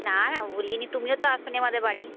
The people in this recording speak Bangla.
না না ভুলিনি তুমিও তো আসনি আমাদের বাড়ি